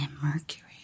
Mercury